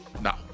No